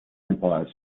empire